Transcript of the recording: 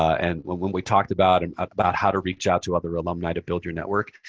and when we talked about and about how to reach out to other alumni to build your network.